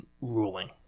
ruling